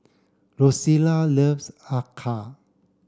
Rosella loves Acar